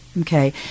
Okay